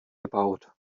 gebaut